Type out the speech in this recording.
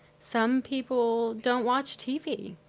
some people don't watch tv.